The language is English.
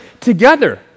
together